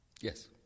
Yes